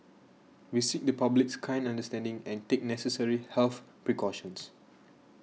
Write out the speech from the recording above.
we seek the public's kind understanding and take necessary health precautions